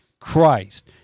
Christ